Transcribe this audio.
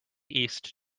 east